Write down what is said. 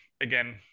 again